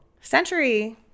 Century